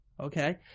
Okay